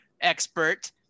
expert